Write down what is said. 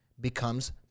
becomes